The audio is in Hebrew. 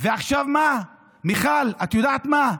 ועכשיו מה, מיכל, את יודעת מה?